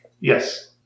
Yes